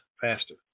faster